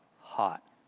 hot